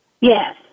Yes